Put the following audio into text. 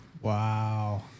Wow